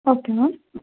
okay ma'am